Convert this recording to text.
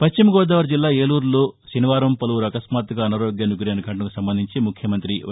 పశ్చిమ గోదావరి జిల్లా ఏలూరులో శనివారం పలువురు అకస్మాత్తుగా అనారోగ్యానికి గురైన ఘటనకు సంబంధించి ముఖ్యమంతి వై